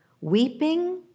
weeping